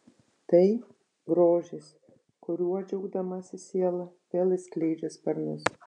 tai grožis kuriuo džiaugdamasi siela vėl išskleidžia sparnus